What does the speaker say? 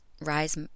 Rise